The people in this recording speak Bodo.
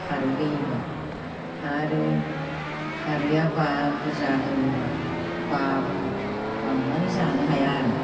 खारै होयोबा आरो खारैया बुरजा होयोबा बाबो बाबनानै जानो हाया आरो